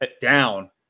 down